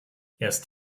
erst